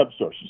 subsources